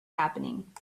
happening